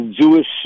Jewish